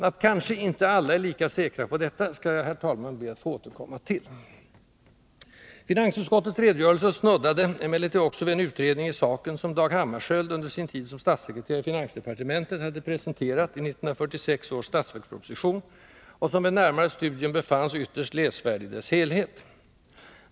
Att kanske inte alla är lika säkra på detta skall jag, herr talman, be att få återkomma till. Finansutskottets redogörelse snuddade emellertid också vid en utredning i saken, som Dag Hammarskjöld under sin tid som statssekreterare i finansdepartementet hade presenterat i 1946 års statsverksproposition och som vid närmare studium befanns ytterst läsvärd i dess helhet.